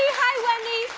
hi wendy.